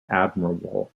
admirable